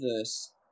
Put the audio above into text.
verse